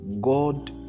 God